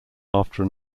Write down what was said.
after